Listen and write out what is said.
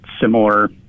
similar